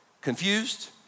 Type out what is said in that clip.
confused